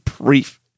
brief